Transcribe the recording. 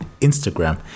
Instagram